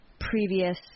previous